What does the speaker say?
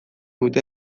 dute